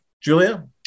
Julia